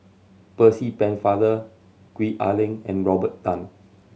Percy Pennefather Gwee Ah Leng and Robert Tan